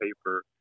paper